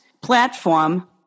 platform